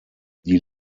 die